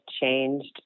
changed